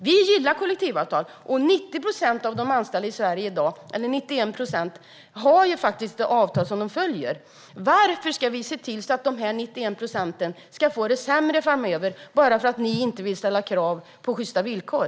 Vi gillar kollektivavtal, och 91 procent av de anställda i Sverige i dag har kollektivavtal. Varför ska de 91 procenten få det sämre framöver bara för att ni inte vill ställa krav på sjysta villkor?